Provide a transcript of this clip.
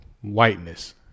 whiteness